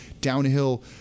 downhill